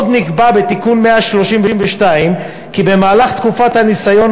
עוד נקבע בתיקון 132 כי במהלך תקופת הניסיון